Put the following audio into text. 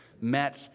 met